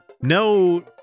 No